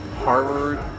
Harvard